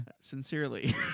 Sincerely